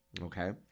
okay